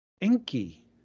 Enki